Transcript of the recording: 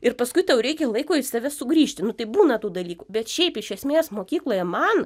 ir paskui tau reikia laiko į save sugrįžti nu tai būna tų dalykų bet šiaip iš esmės mokykloje man